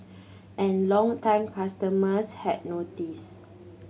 and longtime customers had noticed